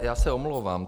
Já se omlouvám.